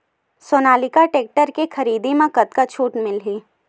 Sonalika tractor के खरीदी मा कतका छूट मीलही?